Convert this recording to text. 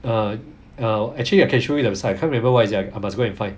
err err actually I can show you the website cause I can't remember what is already I must go and find